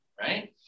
Right